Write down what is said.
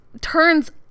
turns